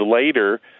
later